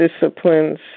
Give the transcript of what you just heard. disciplines